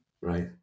right